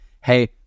hey